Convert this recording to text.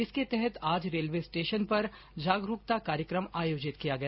इसके तहत आज रेलवे स्टेशन पर जागरूकता कार्यकम आयोजत किया गया